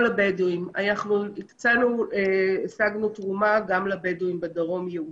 השגנו תרומה ייעודית גם לבדואים בדרום.